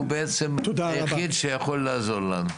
הוא בעצם היחיד שיכול לעזור לנו.